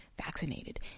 vaccinated